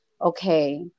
okay